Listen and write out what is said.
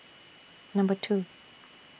Number two